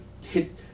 hit